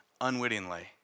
unwittingly